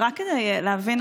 רק כדי להבין,